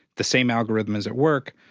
the same algorithm is at work.